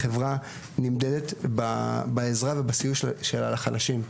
חברה נמדדת בעזרה ובסיוע שלה לחלשים.